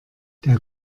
der